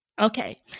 Okay